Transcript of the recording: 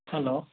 hello